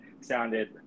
sounded